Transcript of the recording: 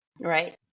Right